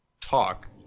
talk